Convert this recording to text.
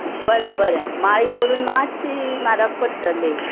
बरें बरें माळी करून मात्शीं म्हारग पडटली